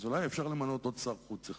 אז אולי אפשר למנות עוד שר חוץ אחד.